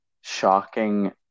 shocking